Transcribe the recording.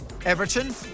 Everton